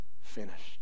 finished